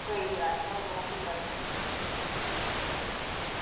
कोई गल्ल अंऊ थुआढ़ा पूरा